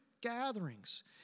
gatherings